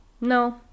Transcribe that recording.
No